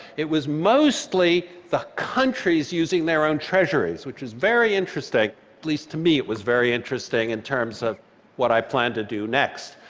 it was mostly the countries using their own treasuries, which is very interesting, at least to me it was very interesting in terms of what i plan to do next.